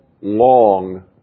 long